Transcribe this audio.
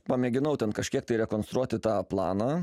pamėginau ten kažkiek tai rekonstruoti tą planą